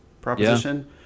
proposition